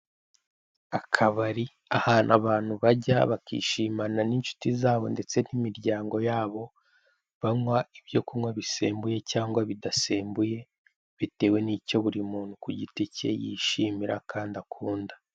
Akabari ahantu abantu bajya bakishimana n'inshuti zabo ndetse n'imiryango yabo, banywa ibyo kunywa bisembuye cyangwa bidasembuye bitewe nicyo buri umuntu ku giti cye yishimira kandi akunda.